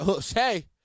hey